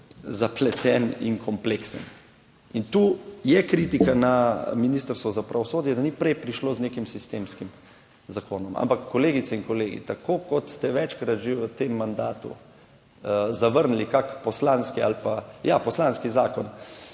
zapleten in kompleksen. In tu je kritika na Ministrstvo za pravosodje, da ni prej prišlo z nekim sistemskim zakonom. Ampak kolegice in kolegi, tako kot ste večkrat že v tem mandatu zavrnili kak poslanski ali pa, ja poslanski zakon